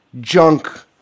junk